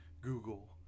Google